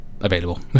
available